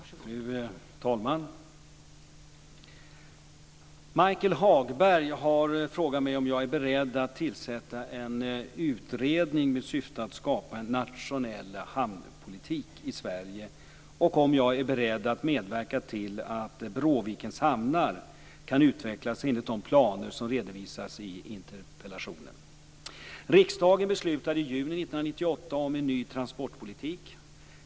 Fru talman! Michael Hagberg har frågat mig om jag är beredd att tillsätta en utredning med syfte att skapa en nationell hamnpolitik i Sverige och om jag är beredd att medverka till att Bråvikens hamnar kan utvecklas enligt de planer som redovisas i interpellationen. Riksdagen beslutade i juni 1998 om en ny transportpolitik.